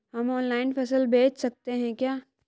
हम ऑनलाइन फसल बेच सकते हैं क्या?